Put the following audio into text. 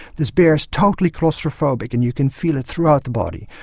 this bear is totally claustrophobic and you can feel it throughout the body.